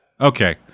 Okay